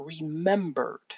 remembered